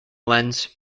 lens